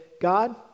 God